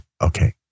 okay